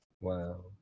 Wow